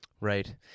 Right